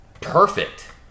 Perfect